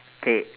K